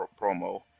promo